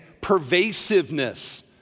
Pervasiveness